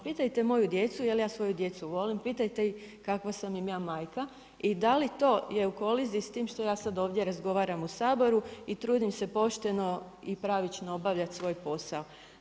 Pitajte moju djecu je li ja svoju djecu volim, pitajte ih kakva sam im ja majka, i da li to je u koaliziji s tim što ja sad ovdje razgovaram u Saboru i trudim se pošteno i pravično obavljati svoj posao?